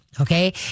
Okay